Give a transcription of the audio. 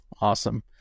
Awesome